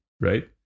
right